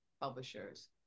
Publishers